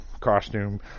costume